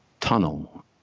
tunnel